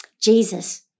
Jesus